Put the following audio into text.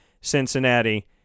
Cincinnati